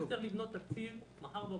אני צריך לבנות תקציב מחר בבוקר.